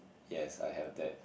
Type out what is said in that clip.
yes I have that